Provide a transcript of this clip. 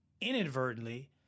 inadvertently